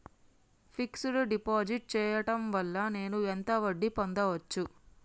Fix డ్ deposit చేయటం వల్ల నేను ఎంత వడ్డీ పొందచ్చు?